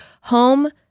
Home